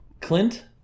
Clint